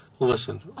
Listen